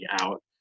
out